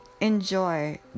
enjoy